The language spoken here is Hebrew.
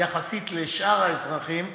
יחסית לשאר האזרחים,